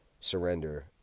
surrender